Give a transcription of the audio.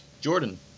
Jordan